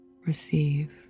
receive